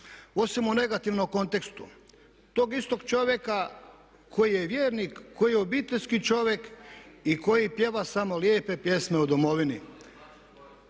osim u negativnom kontekstu. Tog istog čovjeka koji je vjernik, koji je obiteljski čovjek i koji pjeva samo lijepe pjesme o domovini.